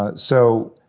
ah so,